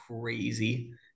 crazy